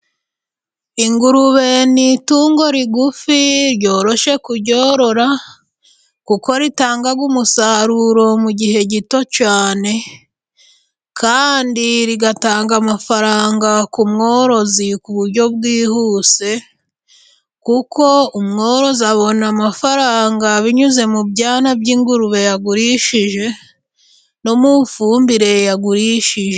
Ingurube ni itungo rigufi ryoroshye kuryorora ,kuko ritanga umusaruro mu gihe gito cyane, kandi rigatanga amafaranga ku mworozi ku buryo bwihuse ,kuko umworozi abona amafaranga binyuze mu byana by'ingurube yagurishije, no mu ifumbire yagurishije.